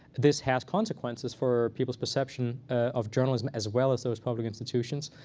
this has consequences for people's perception of journalism as well as those public institutions.